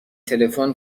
تلفن